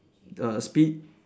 err speed